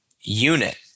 unit